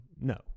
no